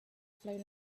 blown